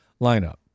lineup